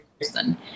person